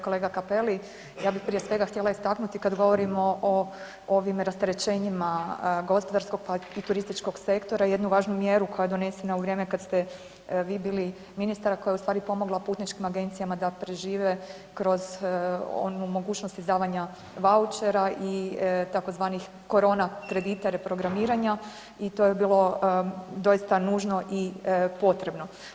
Kolega Cappelli ja bih prije svega htjela istaknuti kad govorimo o ovim rasterećenjima gospodarskog i turističkog sektora jednu važnu mjeru koja je donesena u vrijeme kad ste vi bili ministar, a koja je ustvari pomogla putničkim agencijama da prežive kroz onu mogućnost izdavanja vaučera i tzv. korona kredita reprogramiranja i to je bilo doista nužno i potrebno.